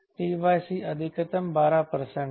t c अधिकतम 12 है